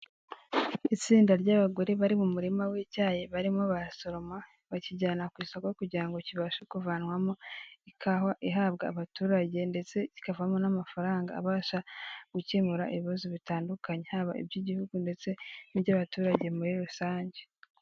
Itsinda ry'abagore bari mu murima w'icyayi barimo basoroma bakijyana ku isoko kugira ngo kibashe kuvanwamo ikawa ihabwa abaturage ndetse kikavamo n'amafaranga abasha gukemura ibibazo bitandukanye, haba iby'igihugu ndetse n'ibyo abaturage muri rusange.